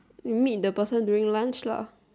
meet the person during lunch lah